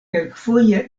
kelkfoje